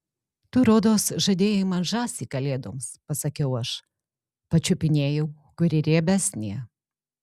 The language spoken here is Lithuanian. tu rodos žadėjai man žąsį kalėdoms pasakiau aš pačiupinėjau kuri riebesnė